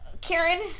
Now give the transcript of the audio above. karen